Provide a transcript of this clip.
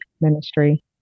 ministry